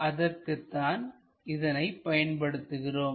அதற்குதான் இதனைப் பயன்படுத்துகிறோம்